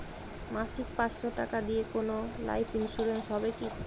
মাসিক পাঁচশো টাকা দিয়ে কোনো লাইফ ইন্সুরেন্স হবে কি?